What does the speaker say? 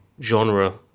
genre